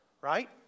right